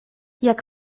jak